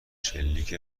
شلیک